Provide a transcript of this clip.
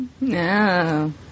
No